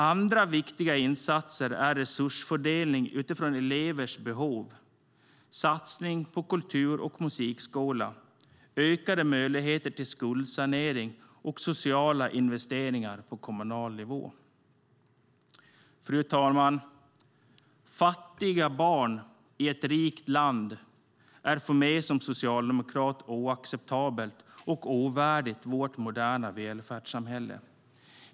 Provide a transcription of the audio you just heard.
Andra viktiga insatser är resursfördelning utifrån elevers behov, satsning på kultur och musikskolan, ökade möjligheter till skuldsanering och sociala investeringar på kommunal nivå. Fru talman! Fattiga barn i ett rikt land är för mig som socialdemokrat oacceptabelt och ovärdigt vårt moderna välfärdssamhälle.